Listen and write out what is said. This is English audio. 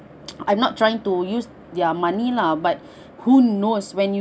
I'm not trying to use their money lah but who knows when